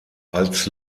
als